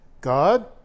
God